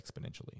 exponentially